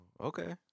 okay